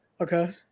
Okay